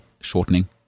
shortening